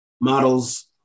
models